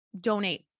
donate